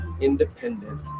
Independent